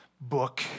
book